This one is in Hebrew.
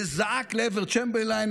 וזעק לעבר צ'מברליין,